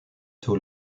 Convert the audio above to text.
tôt